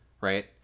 right